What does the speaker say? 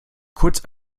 kurz